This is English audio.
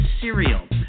Cereal